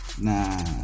Nah